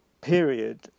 period